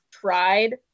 tried